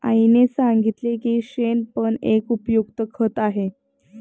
आईने सांगितले की शेण पण एक उपयुक्त खत आहे